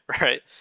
right